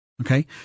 okay